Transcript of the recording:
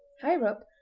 higher up,